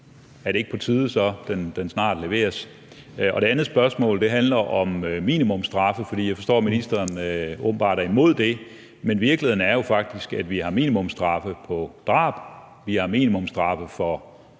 Er det så ikke på tide, at den snart leveres? Det andet spørgsmål handler om minimumsstraffe, for jeg forstår, at ministeren åbenbart er imod det. Men virkeligheden er jo faktisk sådan, at vi har minimumsstraffe på drab, og vi har minimumsstraffe for